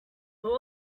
two